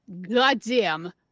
Goddamn